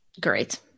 great